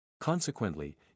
Consequently